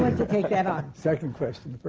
but to take that on? second question,